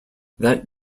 that